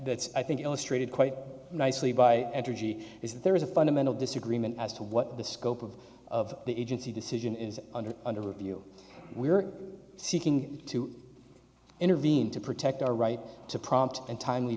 that i think illustrated quite nicely by entergy is that there is a fundamental disagreement as to what the scope of of the agency decision is under under review we are seeking to intervene to protect our right to prompt and timely